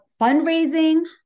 fundraising